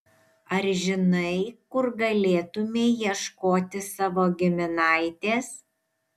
ar žinai kur galėtumei ieškoti savo giminaitės